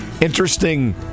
interesting